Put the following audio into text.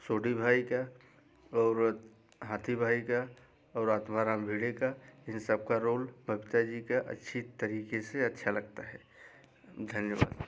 सोढ़ी भाई का और हाथी भाई का और आत्माराम भिड़े का इन सब का रोल बबीता जी का अच्छी तरीक़े से अच्छा लगता है धन्यवाद